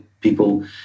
people